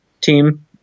team